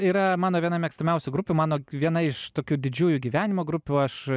yra mano viena mėgstamiausių grupių mano viena iš tokių didžiųjų gyvenimo grupių aš